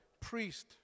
priest